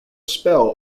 spell